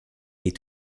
est